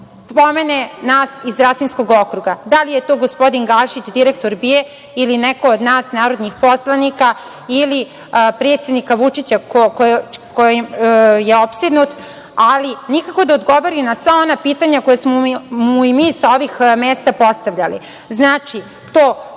pomene nas iz Rasinskog okruga. Da li je to gospodin Gašić, direktor BIA ili neko od nas narodnih poslanika ili predsednika Vučića, kojim je opsednut, ali nikako da odgovori na sva ona pitanja koja smo mu i mi sa ovih mesta postavljaliZnači,